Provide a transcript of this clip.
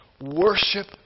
worship